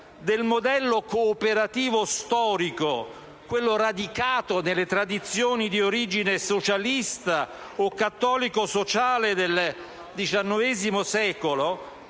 del modello cooperativo storico, quello radicato nelle tradizioni di origine socialista o cattolico-sociale del XIX secolo,